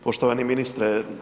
Poštovani ministre.